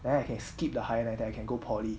then I can skip the higher ladder I can go poly